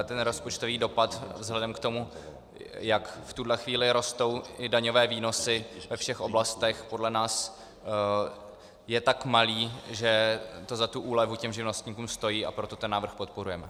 Ten rozpočtový dopad vzhledem k tomu, jak v tuhle chvíli rostou i daňové výnosy ve všech oblastech, podle nás je tak malý, že to za tu úlevu těm živnostníkům stojí, a proto ten návrh podporujeme.